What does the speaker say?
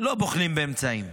לא בוחלים באמצעים.